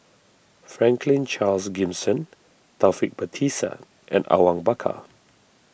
Franklin Charles Gimson Taufik Batisah and Awang Bakar